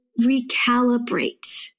recalibrate